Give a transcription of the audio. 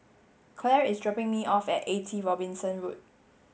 Clair is dropping me off at eighty Robinson Road